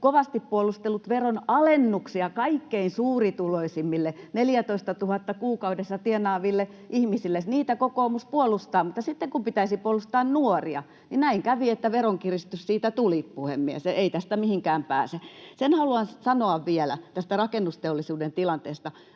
kovasti puolustellut veronalennuksia kaikkein suurituloisimmille, 14 000 kuukaudessa tienaaville ihmisille. Heitä kokoomus puolustaa, mutta sitten, kun pitäisi puolustaa nuoria, näin kävi, että veronkiristys siitä tuli, puhemies. Ei tästä mihinkään pääse. Sen haluan sanoa vielä tästä rakennusteollisuuden tilanteesta,